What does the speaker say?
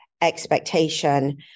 expectation